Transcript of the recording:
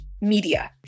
media